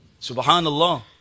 Subhanallah